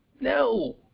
No